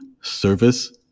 service